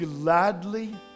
gladly